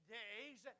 days